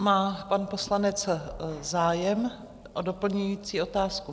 Má pan poslanec zájem o doplňující otázku?